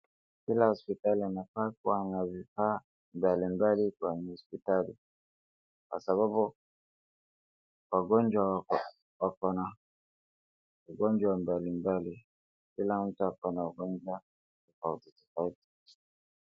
Kila hospitali inafaa kuwa na vifaa mbalimbali kwa mahospitali. Kwa sababu, wagonjwa wako na ugonjwa mbalimbali, kila mtu ako na ugonjwa tofauti tofauti.